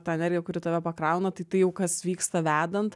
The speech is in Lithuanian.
ta energija kuri tave pakrauna taitai jau kas vyksta vedant